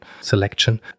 selection